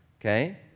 okay